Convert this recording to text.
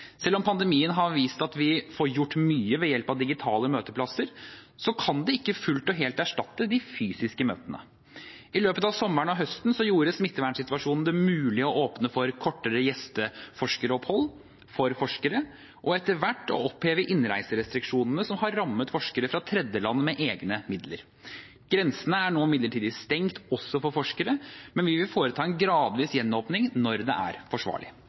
Selv om pandemien har vist at vi får gjort mye ved hjelp av digitale møteplasser, kan det ikke fullt og helt erstatte de fysiske møtene. I løpet av sommeren og høsten gjorde smittevernsituasjonen det mulig å åpne opp for kortere gjesteforskeropphold for forskere og etter hvert å oppheve innreiserestriksjonene som har rammet forskere fra tredjeland med egne midler. Grensene er nå midlertidig stengt, også for forskere, men vi vil foreta en gradvis gjenåpning når det er forsvarlig.